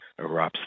erupts